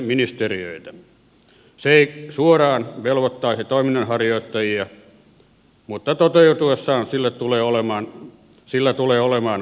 se ei suoraan velvoittaisi toiminnanharjoittajia mutta toteutuessaan sillä tulee olemaan vaikutuksia